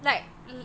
like